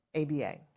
ABA